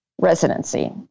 residency